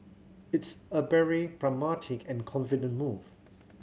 it's a very pragmatic and confident move